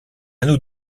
nous